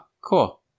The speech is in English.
cool